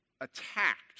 attacked